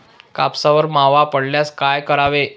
कापसावर मावा पडल्यास काय करावे?